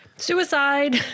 Suicide